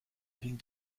ville